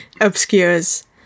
obscures